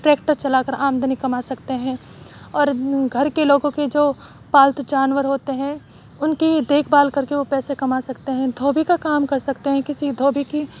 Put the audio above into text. tractor چلا کر آمدنی کما سکتے ہیں اور گھر کے لوگوں کے جو پالتو جانور ہوتے ہیں ان کی دیکھ بھال کر کے وہ پیسے کما سکتے ہیں دھوبی کا کام کر سکتے ہیں کسی دھوبی کی